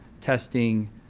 testing